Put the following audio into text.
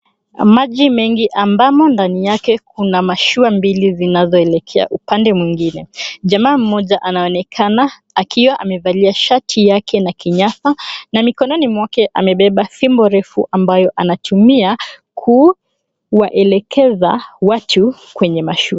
Maji mengi ambamo ndani yake kuna mashua mbili zinazoelekea upande mwingine. Jamaa mmoja anaonekana akiwa amevalia shati yake na kinyasa na mikononi mwake amebeba fimbo refu ambayo anatumia kuwaelekeza watu kwenye mashua.